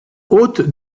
hôtes